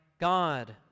God